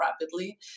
rapidly